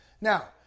Now